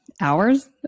hours